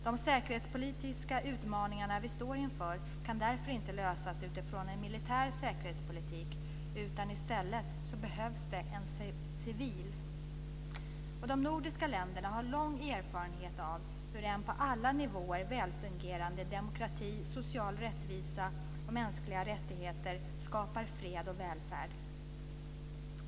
De säkerhetspolitiska utmaningarna vi står inför kan därför inte lösas utifrån en militär säkerhetspolitik, utan i stället behövs det en civil. De nordiska länderna har lång erfarenhet av hur en på alla nivåer väl fungerande demokrati, social rättvisa och mänskliga rättigheter skapar fred och välfärd.